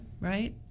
right